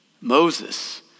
Moses